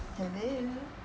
hello